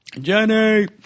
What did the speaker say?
Jenny